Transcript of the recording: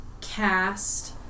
cast